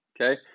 okay